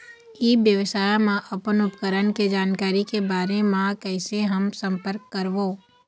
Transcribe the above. ई व्यवसाय मा अपन उपकरण के जानकारी के बारे मा कैसे हम संपर्क करवो?